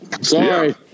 Sorry